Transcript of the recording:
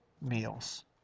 meals